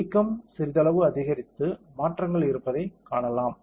வீக்கம் சிறிதளவு அதிகரித்து மாற்றங்கள் இருப்பதைக் காணலாம்